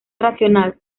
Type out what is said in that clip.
racional